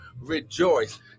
rejoice